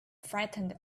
frightened